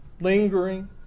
lingering